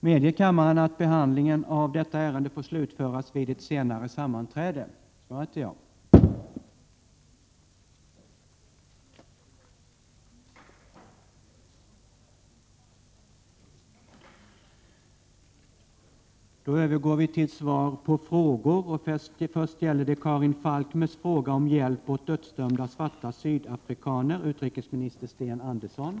Anhöriga till de dödsdömda svarta sydafrikaner som internationellt är kända som The Sharpville Six har varit i Sverige för att be om hjälp. Om en ny rättegång beviljas, är utrikesministern då villig medverka till att en svensk jurist bereds tillfälle att följa den som observatör?